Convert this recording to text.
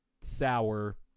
sour